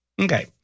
Okay